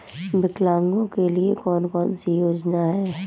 विकलांगों के लिए कौन कौनसी योजना है?